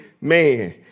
man